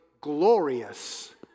glorious